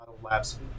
labs